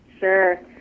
Sure